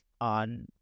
on